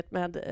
med